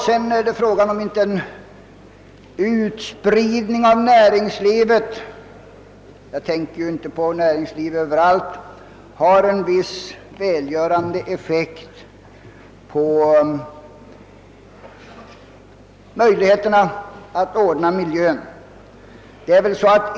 Vidare är det frågan om inte en utspridning av näringslivet — jag tänker nu inte på näringsliv överallt — har en viss välgörande effekt på möjligheterna att ordna en tillfredsställande miljö.